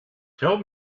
tell